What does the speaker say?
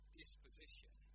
disposition